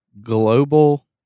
global